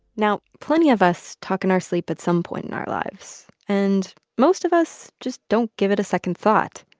now, plenty of us talk in our sleep at some point in our lives. and most of us just don't give it a second thought.